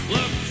Look